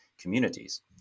communities